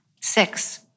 Six